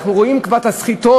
אנחנו רואים את הסחיטות,